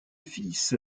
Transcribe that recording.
fils